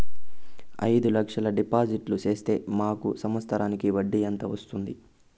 అయిదు లక్షలు డిపాజిట్లు సేస్తే మాకు సంవత్సరానికి వడ్డీ ఎంత వస్తుంది?